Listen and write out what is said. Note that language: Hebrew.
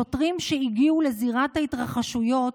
שוטרים שהגיעו לזירת ההתרחשויות,